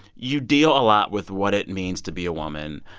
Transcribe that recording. you deal a lot with what it means to be a woman.